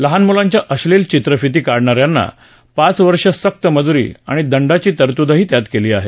लहान मुलांच्या अश्नील चित्रफिती काढणाऱ्यांना पाच वर्ष सक्तमजुरी आणि दंडाची तरतूदही त्यात केली आहे